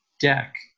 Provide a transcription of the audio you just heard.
deck